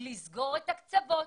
לסגור את הקצוות,